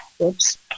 oops